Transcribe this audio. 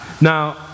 Now